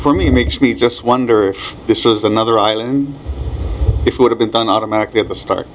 for me makes me just wonder if this was another island it would have been done automatically at the start